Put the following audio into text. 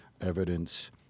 evidence